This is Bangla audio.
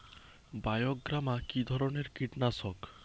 বায়োগ্রামা কিধরনের কীটনাশক?